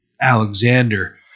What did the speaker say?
Alexander